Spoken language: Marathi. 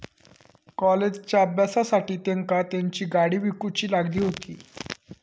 कॉलेजच्या अभ्यासासाठी तेंका तेंची गाडी विकूची लागली हुती